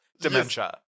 dementia